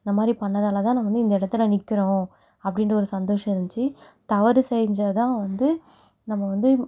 இந்த மாதிரி பண்ணதால் தான் நம்ம வந்து இந்த இடத்துல நிற்கறோம் அப்படின்டு ஒரு சந்தோஷம் இருந்துச்சி தவறு செஞ்சா தான் வந்து நம்ம வந்து